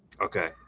Okay